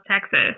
Texas